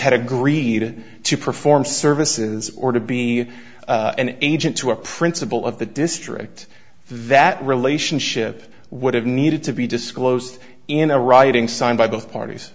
had agreed to perform services or to be an agent to a principal of the district that relationship would have needed to be disclosed in a writing signed by both parties